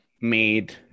made